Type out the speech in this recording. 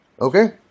Okay